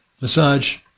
massage